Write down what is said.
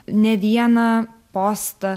ne vieną postą